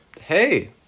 hey